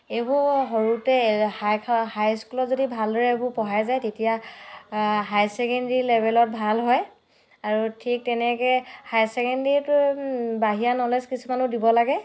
এইবোৰ সৰুতে হাই স্কুলত যদি ভাল দৰে এইবোৰ পঢ়াই যায় তেতিয়া হাই ছেকেণ্ডাৰী লেবেলত ভাল হয় আৰু ঠিক তেনেকৈ হাই ছেকেণ্ডেৰীটো বাহিৰা ন'লেজ কিছুমানো দিব লাগে